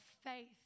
faith